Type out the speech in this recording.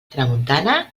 tramuntana